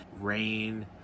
rain